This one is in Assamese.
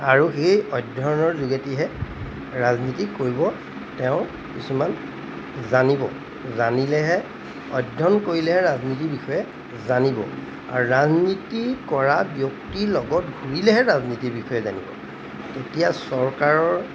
আৰু সেই অধ্যয়নৰ যোগেদিহে ৰাজনীতি কৰিব তেওঁ কিছুমান জানিব জানিলেহে অধ্যয়ন কৰিলেহে ৰাজনীতিৰ বিষয়ে জানিব আৰু ৰাজনীতি কৰা ব্যক্তিৰ লগত ঘূৰিলেহে ৰাজনীতিৰ বিষয়ে জানিব তেতিয়া চৰকাৰৰ